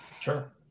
Sure